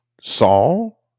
Saul